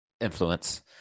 influence